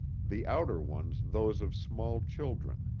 the outer ones those of small children,